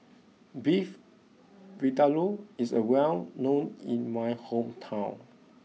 Beef Vindaloo is well known in my hometown